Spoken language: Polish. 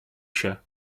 się